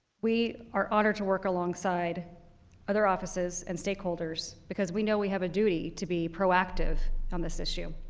we are honored to work alongside other offices and stakeholders because we know we have a duty to be proactive on this issue.